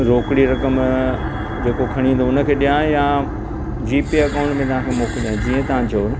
रोकड़ी रक़म जेको खणी ईंदो हुन खे ॾियां या जी पे अकाउंट में तव्हांखे मोकिलियां जीअं तव्हां चओ न